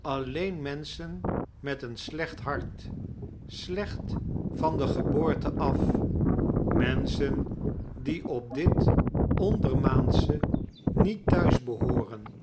alleen menschen met een slecht hart sleeht van de geboorte af menschen die op dit ondermaansche niet thuis behooren